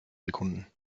sekunden